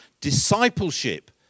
discipleship